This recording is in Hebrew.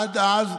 עד אז,